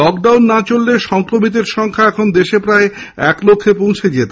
lockdown না চললে সংক্রমিতের সংখ্যা এখন প্রায় এক লক্ষ পৌঁছে যেত